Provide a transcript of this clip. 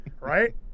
Right